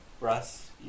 Russ